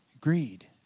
Greed